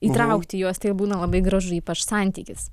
įtraukti juos tai ir būna labai gražu ypač santykis